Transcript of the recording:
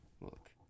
look